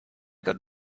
got